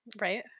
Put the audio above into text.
Right